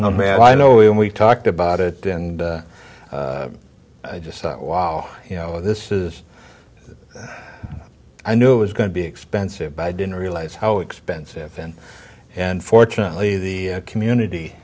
matter i know and we talked about it and i just thought wow you know this is i knew it was going to be expensive but i didn't realize how expensive and unfortunately the community